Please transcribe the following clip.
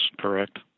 correct